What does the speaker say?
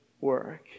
work